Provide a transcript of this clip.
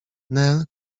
nel